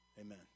Amen